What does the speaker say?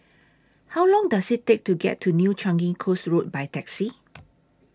How Long Does IT Take to get to New Changi Coast Road By Taxi